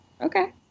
Okay